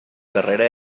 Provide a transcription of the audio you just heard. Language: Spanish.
carrera